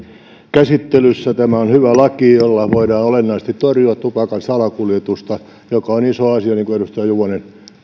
käsittelyssä tämä on hyvä laki jolla voidaan olennaisesti torjua tupakan salakuljetusta joka on iso asia niin kuin edustaja juvonen